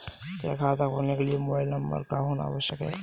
क्या खाता खोलने के लिए मोबाइल नंबर होना आवश्यक है?